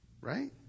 Right